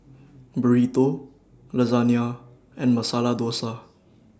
Burrito Lasagne and Masala Dosa